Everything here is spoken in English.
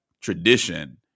tradition